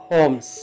Homes